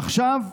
עכשיו,